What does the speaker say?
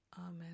Amen